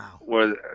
Wow